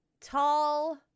tall